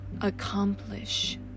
accomplish